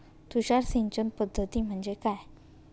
तुषार सिंचन पद्धती म्हणजे काय?